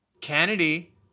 kennedy